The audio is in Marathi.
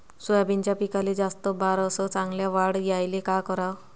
सोयाबीनच्या पिकाले जास्त बार अस चांगल्या वाढ यायले का कराव?